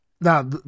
Now